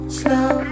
slow